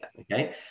Okay